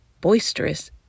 boisterous